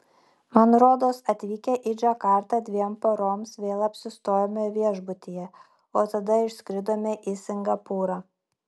man rodos atvykę į džakartą dviem paroms vėl apsistojome viešbutyje o tada išskridome į singapūrą